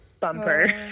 bumper